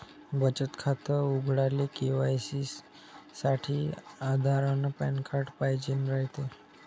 बचत खातं उघडाले के.वाय.सी साठी आधार अन पॅन कार्ड पाइजेन रायते